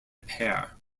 pair